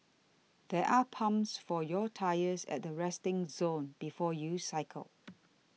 there are pumps for your tyres at the resting zone before you cycle